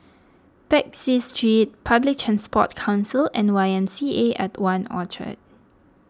Peck Seah Street Public Transport Council and Y M C A at one Orchard